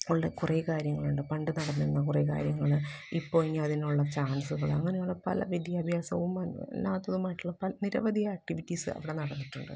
ഉള്ള കുറേ കാര്യങ്ങളുണ്ട് പണ്ട് നടന്നിരുന്ന കുറേ കാര്യങ്ങൾ ഇപ്പോൾ ഇനി അതിനുള്ള ചാന്സുകൾ അങ്ങനെയുള്ള പല വിദ്യാഭ്യാസവും അല്ലാത്തതുമായിട്ടുള്ള പ നിരവധി ആക്ടിവിറ്റിസ് അവിടെ നടന്നിട്ടുണ്ട്